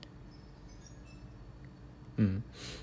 mm